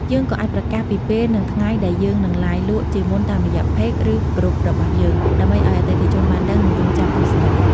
យើងក៏អាចប្រកាសពីពេល និងថ្ងៃដែលយើងនឹង Live លក់ជាមុនតាមរយៈ Page ឬ Group របស់យើង ដើម្បីឲ្យអតិថិជនបានដឹង និងរង់ចាំទស្សនា។